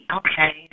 okay